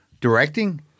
directing